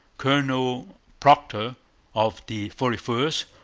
colonel procter of the forty first,